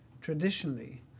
traditionally